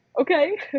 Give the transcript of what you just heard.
okay